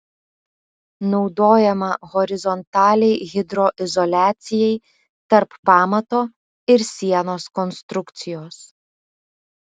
naudojama horizontaliai hidroizoliacijai tarp pamato ir sienos konstrukcijos